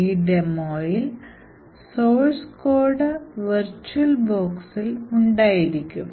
ഈ demo ഉം source code virtual ബോക്സിൽ ഉണ്ടായിരിക്കും